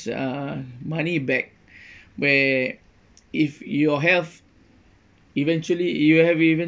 uh money back where if your health eventually you have eventually